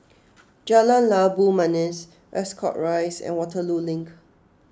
Jalan Labu Manis Ascot Rise and Waterloo Link